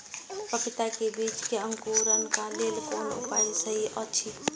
पपीता के बीज के अंकुरन क लेल कोन उपाय सहि अछि?